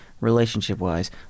relationship-wise